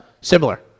similar